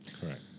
Correct